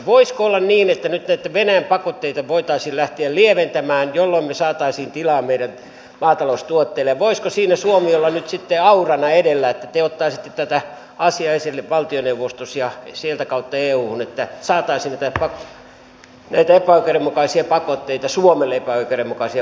voisiko olla niin että nyt näitä venäjän pakotteita voitaisiin lähteä lieventämään jolloin me saisimme tilaa meidän maataloustuotteille ja voisiko siinä suomi olla nyt sitten aurana edellä että te ottaisitte tätä asiaa esillä valtioneuvostossa ja sieltä kautta euhun että saataisiin näitä suomelle epäoikeudenmukaisia pakotteita lievennettyä